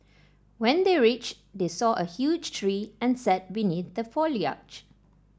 when they reached they saw a huge tree and sat beneath the foliage